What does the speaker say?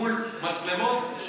מול מצלמות,